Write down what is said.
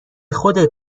خودت